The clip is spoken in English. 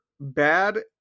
Bad